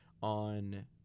on